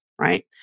Right